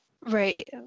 Right